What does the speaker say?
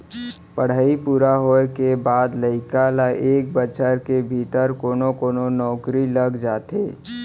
पड़हई पूरा होए के बाद लइका ल एक बछर के भीतरी कोनो कोनो नउकरी लग जाथे